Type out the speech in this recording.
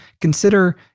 Consider